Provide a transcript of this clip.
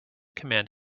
command